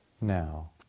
now